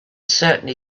certainly